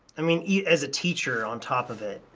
i mean, yeah as a teacher on top of it,